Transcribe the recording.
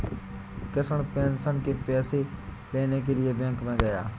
Krishna pension के पैसे लेने के लिए बैंक में गया